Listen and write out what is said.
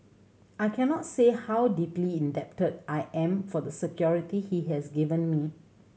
I cannot say how deeply indebted I am for the security he has given me